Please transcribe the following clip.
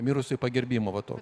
mirusiųjų pagerbimo va to